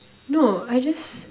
no I just